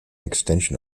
extension